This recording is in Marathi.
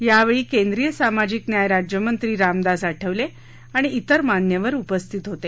यावेळी केंद्रीय सामाजिक न्याय राज्यमंत्री रामदास आठवले आणि त्रिर मान्यवर उपस्थित होते